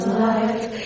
life